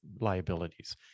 liabilities